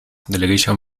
delegation